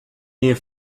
near